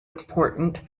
important